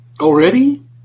Already